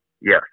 Yes